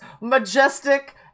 Majestic